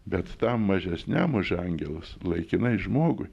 bet tam mažesniam už angelus laikinai žmogui